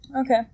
okay